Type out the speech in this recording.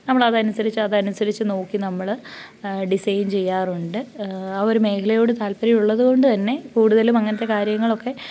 നമ്മളതനുസരിച്ച് അതനുസരിച്ച് നോക്കി നമ്മൾ ഡിസൈൻ ചെയ്യാറുണ്ട് ആ ഒരു മേഖലയോട് താല്പര്യം ഉള്ളതുകൊണ്ടുതന്നെ കൂടുതലും അങ്ങനത്തെ കാര്യങ്ങളൊക്കെ